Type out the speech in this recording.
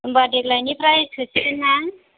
होनबा देग्लायनिफ्राय सोसिगोन ना